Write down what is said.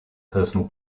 personal